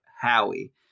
Howie